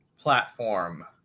platform